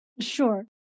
Sure